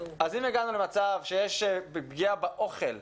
אם הגענו למצב שיש פגיעה באוכל,